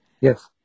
Yes